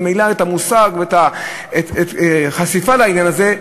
וממילא את המושג ואת החשיפה לעניין הזה,